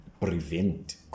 prevent